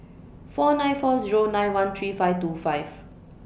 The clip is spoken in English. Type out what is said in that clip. four nine four Zero nine one three five two five